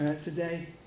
today